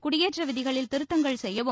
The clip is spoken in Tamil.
குடியேற்ற விதிகளில் திருத்தங்கள் செய்யவும்